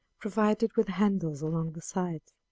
provided with handles along the sides.